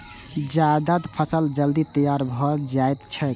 जायद फसल जल्दी तैयार भए जाएत छैक